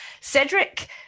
Cedric